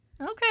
Okay